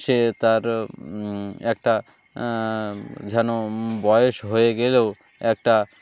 সে তার একটা যেন বয়স হয়ে গেলেও একটা